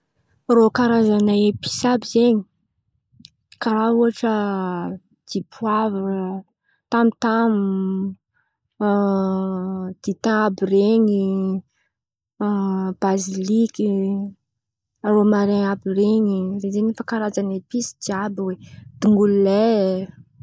Rô Karazan̈a episy àby zen̈y karà ohatra dipoavra tamotamo, dita àby ren̈y, baziliky, rômarin àby ren̈y zen̈y mety atao karàzany episy jiaby oe dongolo lay.